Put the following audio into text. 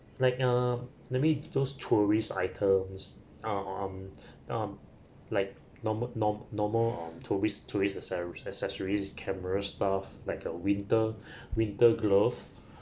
like um maybe those tourist items ah um um like normal norm~ normal on tourist tourist access~ accessories cameras stuff like uh winter winter glove